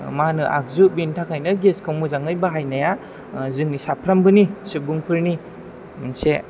मा होनो आगजु बिनि थाखायनो गेस खौ मोजाङै बाहायनाया जोंनि साफ्रोमबोनि सुबुंफोरनि मोनसे